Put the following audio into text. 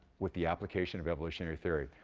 with the application of evolutionary theory.